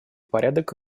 порядок